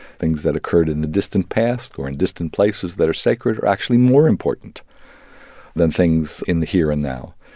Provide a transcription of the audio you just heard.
things that occurred in the distant past or in distant places that are sacred are actually more important than things in the here and now.